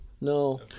No